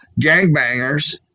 gangbangers